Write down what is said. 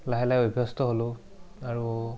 লাহে লাহে অভ্যস্ত হ'লোঁ আৰু